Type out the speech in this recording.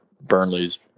burnley's